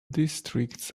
districts